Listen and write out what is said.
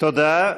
תודה.